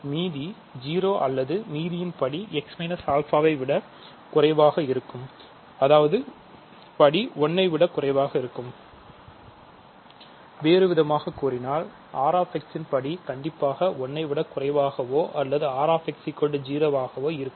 மீதி 0 அல்லது மீதியின் படி x α விட குறைவாக இருக்கும் அதாவது படி 1 ஐ விடகுறைவாக இருக்கும்